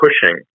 pushing